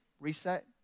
reset